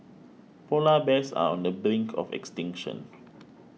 Polar Bears are on the brink of extinction